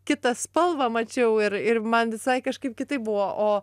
kitą spalvą mačiau ir ir man visai kažkaip kitaip buvo o